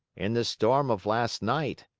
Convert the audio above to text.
in the storm of last night,